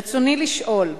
רצוני לשאול: